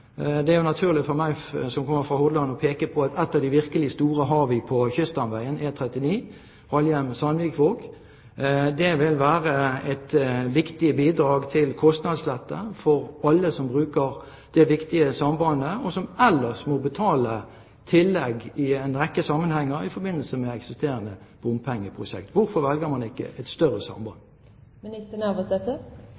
Det er jo naturlig for meg, som kommer fra Hordaland, å peke på at et av de virkelig store har vi på kyststamveien, E39, Halhjem–Sandvikvåg. Det vil være et viktig bidrag til kostnadslette for alle som bruker det viktige sambandet, og som ellers må betale tillegg i en rekke sammenhenger i forbindelse med eksisterende bompengeprosjekt. Hvorfor velger man ikke et større samband?